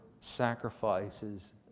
sacrifices